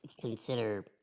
consider